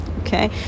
okay